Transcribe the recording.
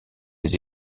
les